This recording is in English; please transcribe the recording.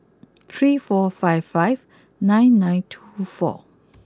three four five five nine nine two four